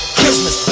Christmas